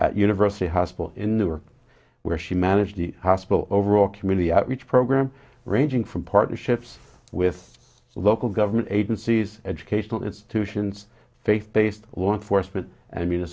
at university hospital in newark where she managed the hospital overall community outreach program ranging from partnerships with local government agencies educational institutions faith based law enforcement